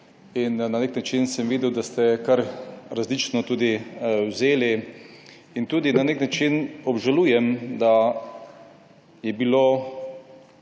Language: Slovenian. in na nek način sem videl, da ste kar različno tudi vzeli in tudi na nek način obžalujem, da je bilo